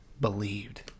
believed